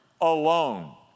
alone